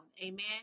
Amen